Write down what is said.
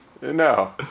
No